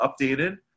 updated